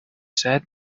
said